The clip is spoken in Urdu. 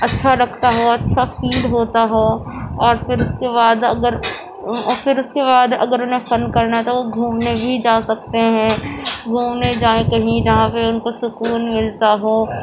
اچھا لگتا ہو اچھا فیل ہوتا ہو اور پھر اس کے بعد اگر پھر اس کے بعد اگر انہیں فن کرنا ہے تو وہ گھومنے بھی جا سکتے ہیں وہ انہیں جائیں کہیں جہاں پہ ان کو سکون ملتا ہو